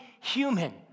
human